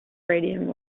radium